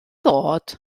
bod